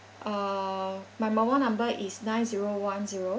uh my mobile number is nine zero one zero